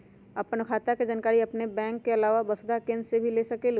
आपन खाता के जानकारी आपन बैंक के आलावा वसुधा केन्द्र से भी ले सकेलु?